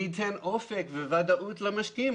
זה ייתן אופק וודאות למשקיעים.